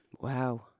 Wow